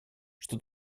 что